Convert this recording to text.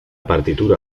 partitura